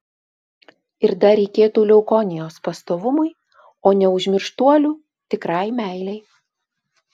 ir dar reikėtų leukonijos pastovumui o neužmirštuolių tikrai meilei